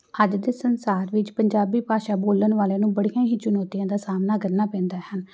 ਅੱਜ ਦੇ ਸੰਸਾਰ ਵਿੱਚ ਪੰਜਾਬੀ ਭਾਸ਼ਾ ਬੋਲਣ ਵਾਲਿਆਂ ਨੂੰ ਬੜੀਆਂ ਹੀ ਚੁਣੌਤੀਆਂ ਦਾ ਸਾਹਮਣਾ ਕਰਨਾ ਪੈਂਦਾ ਹੈ